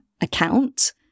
account